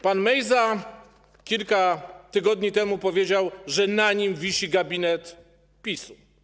Pan Mejza kilka tygodni temu powiedział, że na nim wisi gabinet PiS-u.